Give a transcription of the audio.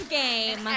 game